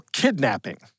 kidnapping